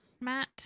Matt